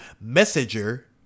messenger